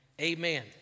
Amen